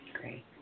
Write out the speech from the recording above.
Great